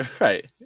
Right